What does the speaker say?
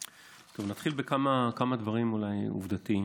נתחיל בכמה דברים עובדתיים.